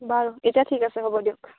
বাৰু এতিয়া ঠিক আছে হ'ব দিয়ক